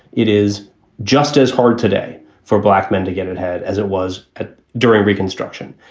it is just as hard today for black men to get ahead as it was. ah during reconstruction,